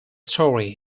story